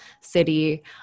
city